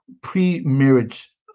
pre-marriage